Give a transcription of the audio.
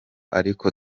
ariko